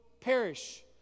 perish